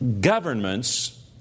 Governments